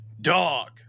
Dog